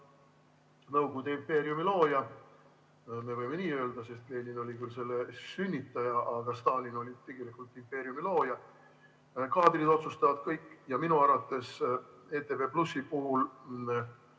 nõukogude impeeriumi looja – me võime nii öelda, sest Lenin oli küll selle sünnitaja, aga Stalin oli impeeriumi looja –, kaadrid otsustavad kõik. Minu arvates ETV+ puhul